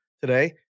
today